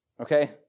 okay